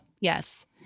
Yes